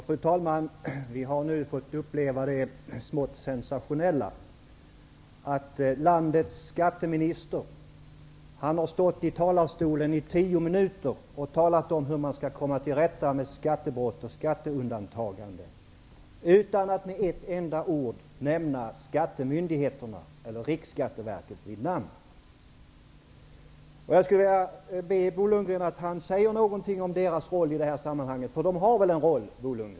Fru talman! Vi har nu fått uppleva det smått sensationella att landets skatteminister har stått tio minuter i talarstolen och talat om hur man skall komma till rätta med skattebrott och skatteundantagande utan att med ett enda ord nämna skattemyndigheterna eller Riksskatteverket vid namn. Jag vill be Bo Lundgren att säga något om deras roll i sammanhanget. De har väl en roll?